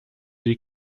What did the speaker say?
die